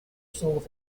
sold